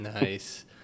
nice